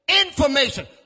Information